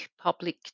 public